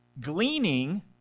Gleaning